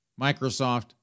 Microsoft